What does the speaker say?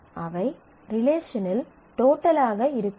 அவை ரிலேஷனில் டோட்டலாக இருக்க வேண்டும்